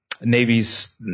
Navy's